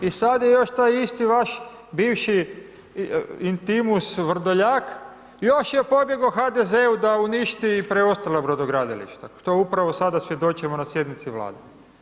I sad je još taj isti vaš bivši intimus Vrdoljak, još je pobjegao HDZ-u da uništi i ostala brodogradilišta, što upravo sada svjedočimo na sjednici Vlade.